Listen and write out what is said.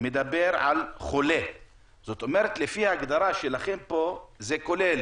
האם דבר כזה יכול לקרות?